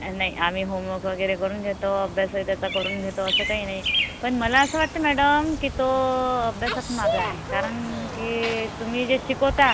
हा नाही आम्ही होमवक वगैरे करून घेतो अभ्यासही त्याचा करून घेतो असं काही नाही पण मला असं वाटते मॅडम की तो अभ्यासात मागे आहे कारण की तुम्ही जे शिकवता